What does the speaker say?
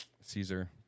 Caesar